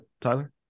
Tyler